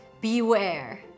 beware